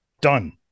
Done